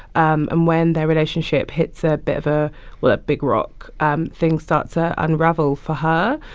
um and when their relationship hits a bit of a well, a big rock, um things start to unravel for her.